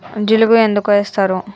జిలుగు ఎందుకు ఏస్తరు?